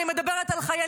אני מדברת על חיילים.